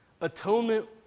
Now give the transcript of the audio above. Atonement